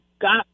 got